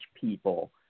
people